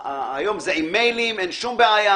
היום זה עם מיליים, אין שום בעיה